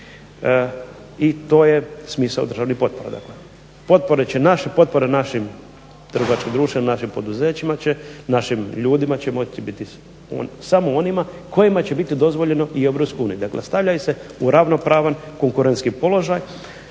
i to je smisao državnih potpora. Potpore našim trgovačkim društvima, našim poduzećima i ljudima će moći biti samo onima kojima će biti dozvoljeno i u Europskoj uniji, dakle stavljaju se u ravnopravan konkurentski položaj.